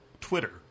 Twitter